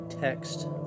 text